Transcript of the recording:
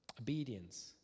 obedience